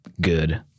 good